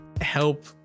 help